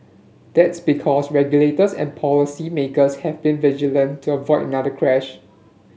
that's because regulators and policy makers have been vigilant to avoid another crash